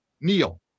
Neil